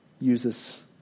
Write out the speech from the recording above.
uses